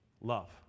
Love